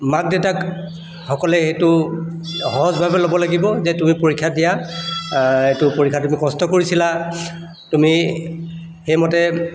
মাক দেউতাকসকলে এইটো সহজভাৱে ল'ব লাগিব যে তুমি পৰীক্ষা দিয়া এইটো পৰীক্ষাটো তুমি কষ্ট কৰিছিলা তুমি সেইমতে